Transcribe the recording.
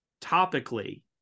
topically